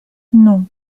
non